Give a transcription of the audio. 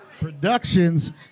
Productions